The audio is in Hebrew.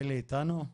אלי אתנו?